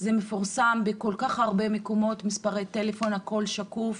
מפורסמים בכל כך הרבה מקומות, הכול שקוף.